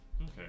Okay